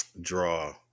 draw